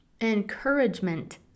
Encouragement